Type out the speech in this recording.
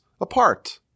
apart